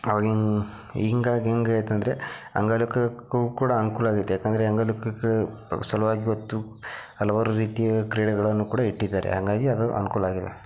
ಅವಾಗಿಂಗೆ ಹಿಂಗಾಗಿ ಹೇಗಾಯ್ತಂದ್ರೆ ಕು ಕೂಡ ಅನುಕೂಲ ಆಗೈತೆ ಯಾಕೆಂದ್ರೆ ಸಲುವಾಗಿ ಇವತ್ತು ಹಲವಾರು ರೀತಿಯ ಕ್ರೀಡೆಗಳನ್ನು ಕೂಡ ಇಟ್ಟಿದ್ದಾರೆ ಹಾಗಾಗಿ ಅದು ಅನುಕೂಲ ಆಗಿದೆ